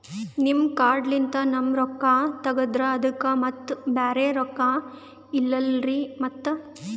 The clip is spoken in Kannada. ನಿಮ್ ಕಾರ್ಡ್ ಲಿಂದ ನಮ್ ರೊಕ್ಕ ತಗದ್ರ ಅದಕ್ಕ ಮತ್ತ ಬ್ಯಾರೆ ರೊಕ್ಕ ಇಲ್ಲಲ್ರಿ ಮತ್ತ?